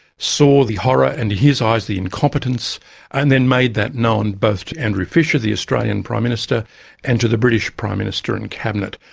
saw the horror and in his eyes, the incompetence and then made that known both to andrew fisher, the australian prime minister and to the british prime minister and cabinet.